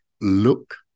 look